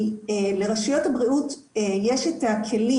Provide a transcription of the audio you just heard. כי לרשויות הבריאות יש את הכלים,